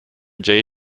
jay